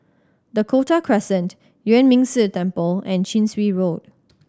Dakota Crescent Yuan Ming Si Temple and Chin Swee Road